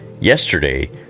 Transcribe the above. yesterday